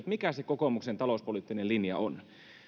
mikä se kokoomuksen talouspoliittinen linja on